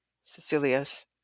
Cecilius